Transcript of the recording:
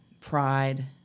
pride